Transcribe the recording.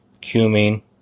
cumin